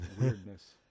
weirdness